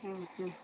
ହୁଁ ହୁଁ